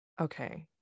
okay